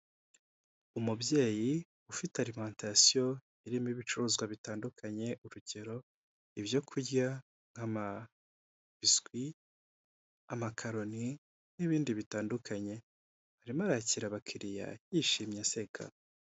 Umubyeyi ufite alimantasiyo irimo ibicuruzwa bitandukanye urugero, ibyo kurya nk'amabiswi, amakaroni n'ibindi bitandukanye, arimo arakira abakiriya yishimye aseka.